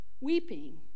weeping